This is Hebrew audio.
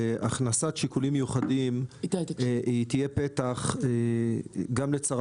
שהכנסת שיקולים מיוחדים תהיה פתח גם לצרה